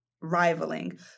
rivaling